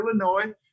Illinois